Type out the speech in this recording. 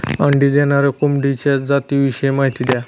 अंडी देणाऱ्या कोंबडीच्या जातिविषयी माहिती द्या